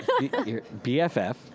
BFF